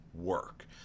work